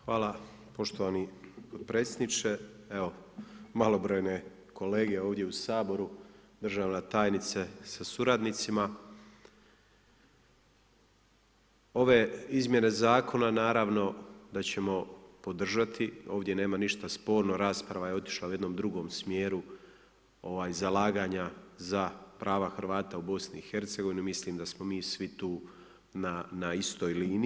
Hvala poštovani potpredsjedniče, evo, malobrojne kolege ovdje u Saboru, državna tajnice sa suradnicima, ove izmjene zakona, naravno da ćemo podržati, ovdje nema ništa sporno, rasprava je otišla u jednom drugom smjeru, zalaganja za prava Hrvata u BIH, mislim da smo mi svi tu na istoj liniji.